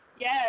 Yes